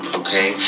okay